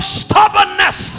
stubbornness